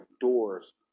doors